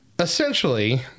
Essentially